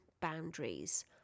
boundaries